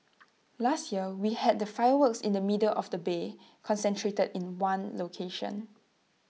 last year we had the fireworks in the middle of the bay concentrated in one location